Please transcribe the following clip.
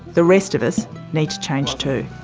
the rest of us need to change too.